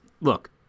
look